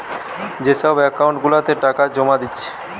যে সব একাউন্ট গুলাতে টাকা জোমা দিচ্ছে